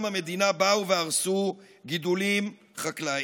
המדינה באו והרסו גידולים חקלאיים.